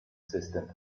assistant